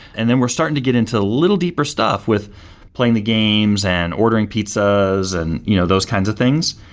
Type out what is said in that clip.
and then we're starting to get into little deeper stuff with playing the games and ordering pizzas and you know those kinds of things.